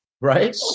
right